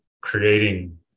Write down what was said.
creating